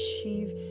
achieve